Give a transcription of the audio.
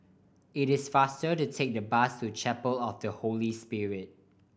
it is faster to take the bus to Chapel of the Holy Spirit